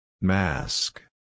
Mask